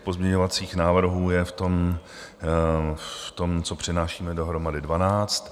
Pozměňovacích návrhů je v tom, co přinášíme, dohromady dvanáct.